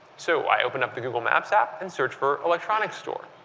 so i open up the google maps app and search for electronics store.